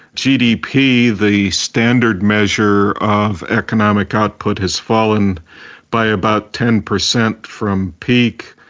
gdp, the standard measure of economic output, has fallen by about ten per cent from peak.